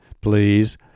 please